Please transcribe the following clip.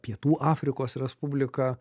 pietų afrikos respubliką